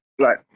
Right